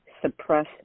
suppress